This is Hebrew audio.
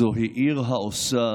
זוהי עיר העושה